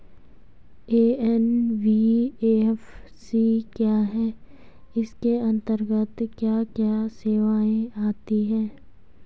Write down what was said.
NBFC क्या है इसके अंतर्गत क्या क्या सेवाएँ आती हैं?